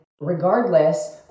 Regardless